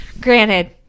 Granted